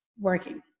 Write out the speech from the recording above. working